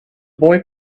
boy